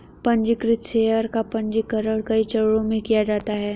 पन्जीकृत शेयर का पन्जीकरण कई चरणों में किया जाता है